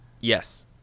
Yes